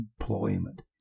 employment